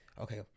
okay